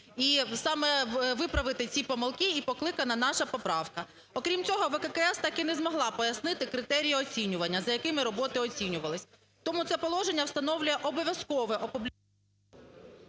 І саме виправити ці помилки покликана наша поправка. Окрім цього, ВККС так і не змогла пояснити критерії оцінювання, за якими роботи оцінювалися. Тому це положення встановлює обов'язкове… ГОЛОВУЮЧИЙ.